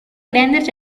grandes